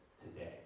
today